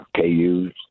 KU's